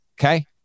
Okay